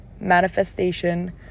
Manifestation